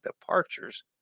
departures